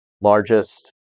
largest